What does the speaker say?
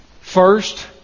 first